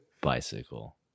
Bicycle